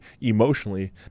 emotionally